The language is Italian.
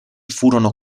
furono